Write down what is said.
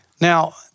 Now